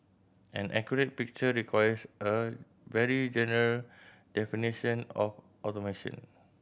an accurate picture requires a very general definition of automation